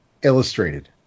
illustrated